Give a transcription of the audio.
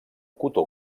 cotó